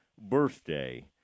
birthday